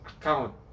account